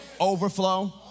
overflow